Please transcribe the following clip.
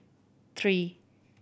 three